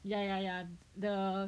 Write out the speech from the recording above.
ya ya ya the